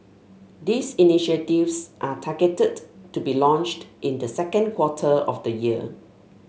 these initiatives are targeted to be launched in the second quarter of the year